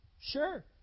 Sure